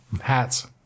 hats